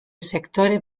sektore